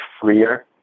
freer